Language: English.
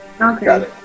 Okay